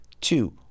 two